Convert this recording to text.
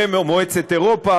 מועצת אירופה,